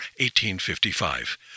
1855